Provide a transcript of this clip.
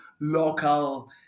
local